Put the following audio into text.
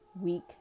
week